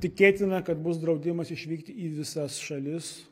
tikėtina kad bus draudimas išvykti į visas šalis